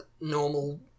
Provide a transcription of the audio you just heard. normal